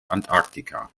antarktika